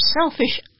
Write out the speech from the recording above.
selfish